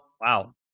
Wow